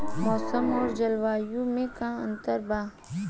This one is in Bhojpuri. मौसम और जलवायु में का अंतर बा?